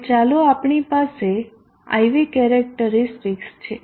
હવે ચાલો આપણી પાસે IV કેરેક્ટરીસ્ટિકસ છે